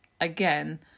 again